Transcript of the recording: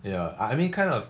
ya I mean kind of